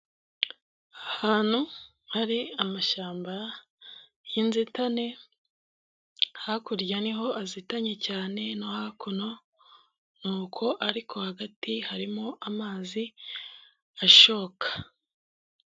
Ahantu hari amashyamba y'inzitane, hakurya niho azitanye cyane no hakuno, ni uko ariko hagati harimo amazi ashoka.